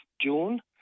June